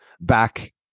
back